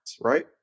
right